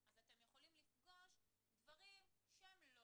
אז אתם יכולים לפגוש דברים שהם לא